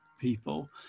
people